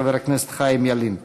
חבר הכנסת חיים ילין.